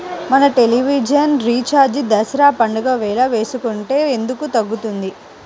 మన television recharge Dasara పండగ వేళ వేసుకుంటే ఎందుకు తగ్గుతుంది?